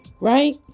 right